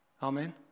Amen